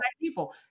people